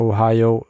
Ohio